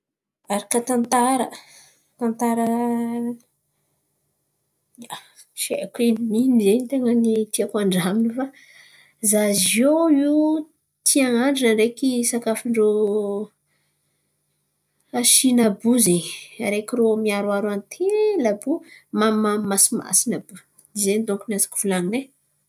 Araka tantara, tantara ia, tsy haiko edy ino ten̈a tiako andraman̈a fa, zah ziô io ti anandrana ndraiky sakafon-drô shina àby io zen̈y. Araiky rô miharoharo antely àby io mamimamy masimasina, zen̈y dônko no azoko volan̈ina ai.